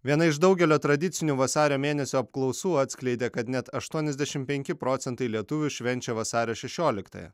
viena iš daugelio tradicinių vasario mėnesio apklausų atskleidė kad net aštuoniasdešimt penki procentai lietuvių švenčia vasario šešioliktąją